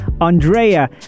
andrea